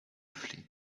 flee